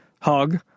hug